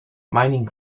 mining